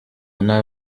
nta